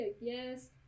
yes